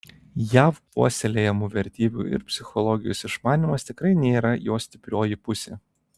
jav puoselėjamų vertybių ir psichologijos išmanymas tikrai nėra jo stiprioji pusė